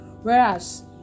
whereas